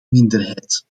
minderheid